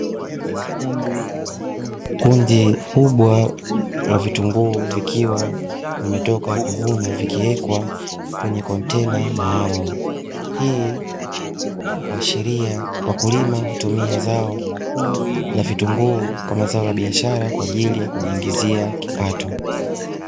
Kundi kubwa la vitunguu vikiwa vimetoka kuvunwa vikiwekwa kwenye kontena maalum, hii uhashiria wakulima wakitumia zao la vitunguu kwa mazao ya biashara kwa ajili ya kujiingizia kipato